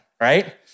Right